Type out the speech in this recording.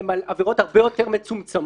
הן עבירות הרבה יותר מצומצמות